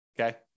Okay